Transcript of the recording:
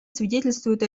свидетельствуют